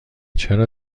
چرا